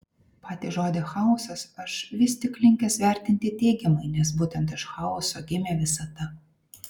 patį žodį chaosas aš vis tik linkęs vertinti teigiamai nes būtent iš chaoso gimė visata